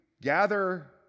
gather